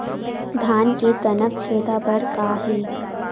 धान के तनक छेदा बर का हे?